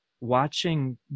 watching